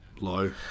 low